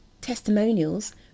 testimonials